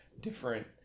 different